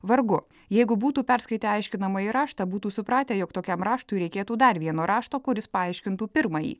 vargu jeigu būtų perskaitę aiškinamąjį raštą būtų supratę jog tokiam raštui reikėtų dar vieno rašto kuris paaiškintų pirmąjį